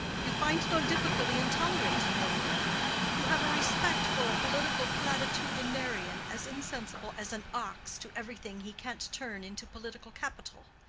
you find no difficulty in tolerating him, then you have a respect for a political platitudinarian as insensible as an ox to everything he can't turn into political capital.